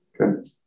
Okay